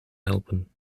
helpen